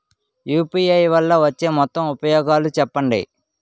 UPI వల్ల వచ్చే మొత్తం ఉపయోగాలు చెప్పండి?